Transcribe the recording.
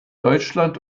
deutschland